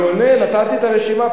אני עונה, נתתי את הרשימה.